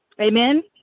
Amen